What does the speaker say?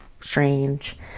Strange